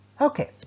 Okay